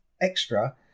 extra